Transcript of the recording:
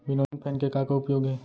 Winnowing fan के का का उपयोग हे?